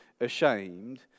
ashamed